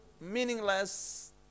meaningless